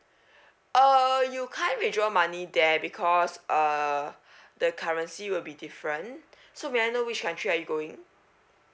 uh you can't withdraw money there because uh the currency will be different so may I know which country are you going